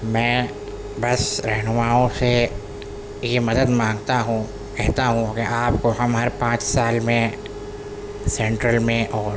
میں بس رہنماؤں سے یہ مدد مانگتا ہوں کہتا ہوں کہ آپ ہمارے پانچ سال میں سینٹرل میں اور